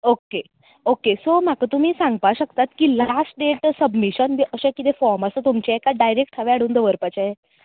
okay okay so म्हाका तुमी सांगपा शकता की लास्ट डेट सबमिशन बी अशें कितें फोर्म आसा तुमचे कांय डायरॅक्ट हांवें हाडून दवरपाचें